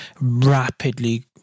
rapidly